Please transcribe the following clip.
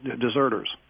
deserters